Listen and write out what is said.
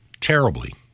terribly